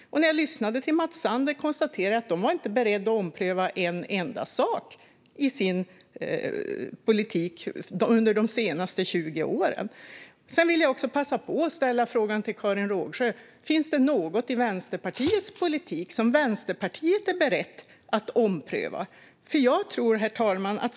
När jag lyssnade till Mats Sander från Moderaterna konstaterade jag att de inte var beredda att ompröva en enda sak i den politik de fört under de senaste 20 åren. Sedan vill jag också passa på att ställa frågan till Karin Rågsjö: Finns det något i Vänsterpartiets politik som Vänsterpartiet är berett att ompröva?